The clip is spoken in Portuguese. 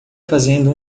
fazendo